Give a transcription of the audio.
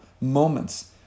moments